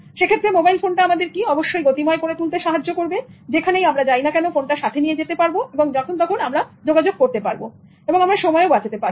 সেক্ষেত্রে মোবাইল ফোনটা আমাদের গতিময় করে দেবে যেখানেই আমরা যাই না কেন ফোনটা সাথে নিয়ে যেতে পারব এবং আমরা সময় বাঁচাতে পারব